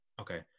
Okay